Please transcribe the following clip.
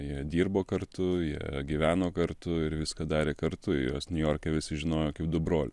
jie dirbo kartu jie gyveno kartu ir viską darė kartu juos niujorke visi žinojo kaip du broliu